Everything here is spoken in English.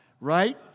right